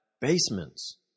basements